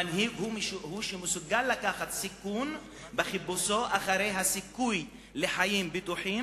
מנהיג הוא מי שמסוגל לקחת סיכון בחיפושו אחרי הסיכוי לחיים בטוחים